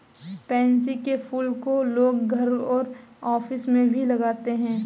pansy के फूल को लोग घर और ऑफिस में भी लगाते है